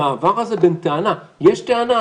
המעבר הזה בין טענה יש טענה,